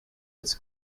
its